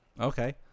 okay